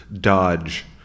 Dodge